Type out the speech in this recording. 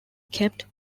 kept